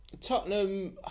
Tottenham